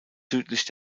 südlich